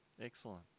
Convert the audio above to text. Excellent